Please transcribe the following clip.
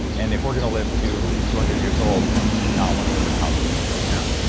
and if we're going to live to two hundred years old you do not want to live in a house with this going on.